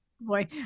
boy